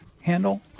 handle